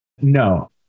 No